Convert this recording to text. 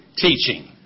teaching